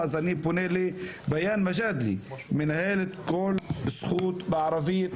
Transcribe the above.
ביאן מג'אדלה, מנהלת "כל זכות" בערבית,